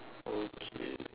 okay